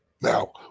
Now